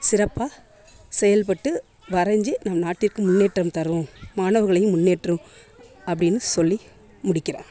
சிறப்பாக செயல்பட்டு வரைஞ்சி நம் நாட்டிற்கு முன்னேற்றம் தரும் மாணவர்களையும் முன்னேற்றும் அப்டின்னு சொல்லி முடிக்கிறேன்